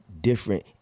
different